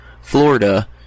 florida